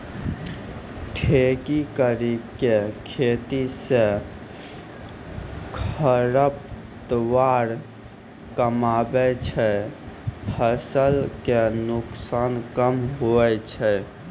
ठेकी करी के खेती से खरपतवार कमआबे छै फसल के नुकसान कम हुवै छै